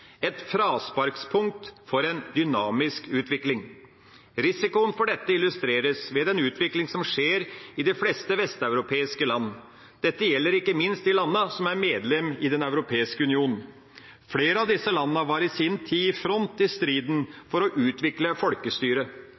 et frasparkspunkt for en dynamisk utvikling. Risikoen for dette illustreres ved den utvikling som skjer i de fleste vesteuropeiske land. Dette gjelder ikke minst i de landene som er medlem i Den europeiske union. Flere av disse landene var i sin tid i front i striden for å utvikle folkestyret.